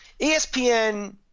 ESPN